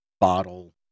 bottle